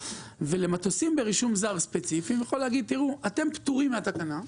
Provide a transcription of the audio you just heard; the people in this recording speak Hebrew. ולמטוסים ספציפיים ברישום זר הוא יכול להגיד שהם פטורים מהתקנה,